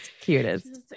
cutest